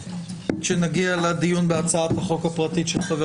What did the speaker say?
כשנגיע לדיון בהצעת החוק הפרטית של חבר